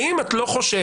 האם את לא חושבת,